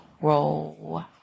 Roll